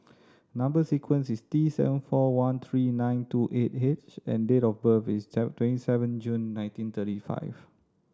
number sequence is T seven four one three nine two eight H and date of birth is twenty seven June nineteen thirty five